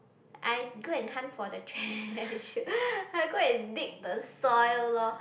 I go and hunt for the treasure I go and dig the soil lor